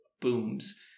booms